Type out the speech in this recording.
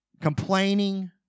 complaining